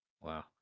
Wow